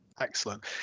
Excellent